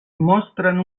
mostren